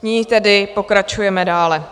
Nyní tedy pokračujeme dále.